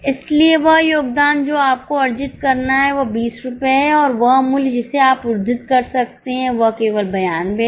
इसलिए वह योगदान जो आपको अर्जित करना है वह 20 रुपये है और वह मूल्य जिसे आप उद्धृत कर सकते हैं वह केवल 92 है